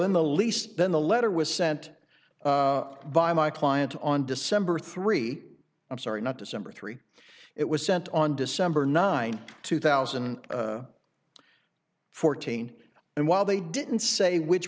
in the least then the letter was sent by my client on december three i'm sorry not december three it was sent on december ninth two thousand and fourteen and while they didn't say which